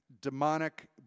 demonic